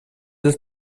els